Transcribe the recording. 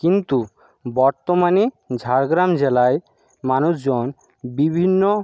কিন্তু বর্তমানে ঝাড়গ্রাম জেলায় মানুষজন বিভিন্ন